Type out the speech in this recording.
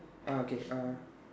ah okay ah